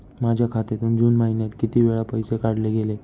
माझ्या खात्यातून जून महिन्यात किती वेळा पैसे काढले गेले?